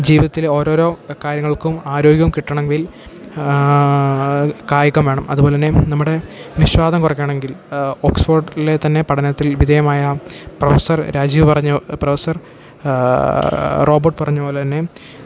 ജീവിതത്തിലോരോരോ കാര്യങ്ങൾക്കും ആരോഗ്യം കിട്ടണമെങ്കിൽ കായികം വേണം അതു പോലെ തന്നെ നമ്മുടെ വിശ്വാസം കുറയ്ക്കണമെങ്കിൽ ഓക്സ്ഫോഡിലെ തന്നെ പഠനത്തിൽ വിധേയമായ പ്രൊഫസർ രാജീവ് പറഞ്ഞ പ്രൊഫസർ റോബോട്ട് പറഞ്ഞതു പോലെ തന്നെ